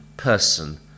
Person